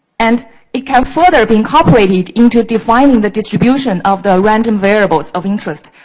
and it can further be incorporated into defining the distribution of the random variables of interest,